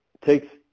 takes